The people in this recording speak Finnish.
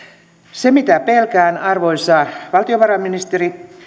se mitä pelkään arvoisa valtiovarainministeri